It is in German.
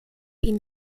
ihm